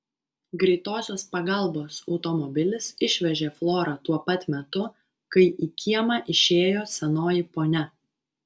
greitosios pagalbos automobilis išvežė florą tuo pat metu kai į kiemą išėjo senoji ponia